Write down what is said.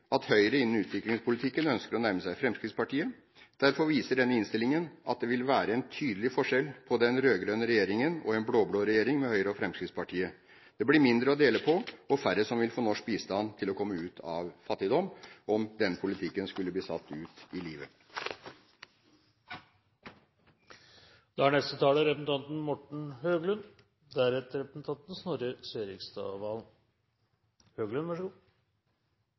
at Høyre innenfor utviklingspolitikken ønsker å nærme seg Fremskrittspartiet. Derfor viser denne innstilling at det vil være en tydelig forskjell på den rød-grønne regjeringen og en blå-blå regjering med Høyre og Fremskrittspartiet. Det blir mindre å dele på og færre som vil få norsk bistand til å komme ut av fattigdom om den politikken skulle bli satt ut i livet.